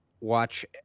watch